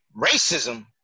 racism